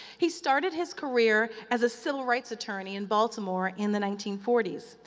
he started his career as a civil rights attorney in baltimore in the nineteen forty s.